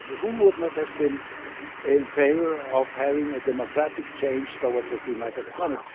but who would not have been in favor of having a democratic change towards a free market economy?